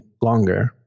longer